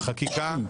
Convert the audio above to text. חקיקה,